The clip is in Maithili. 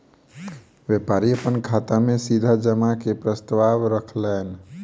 व्यापारी अपन खाता में सीधा जमा के प्रस्ताव रखलैन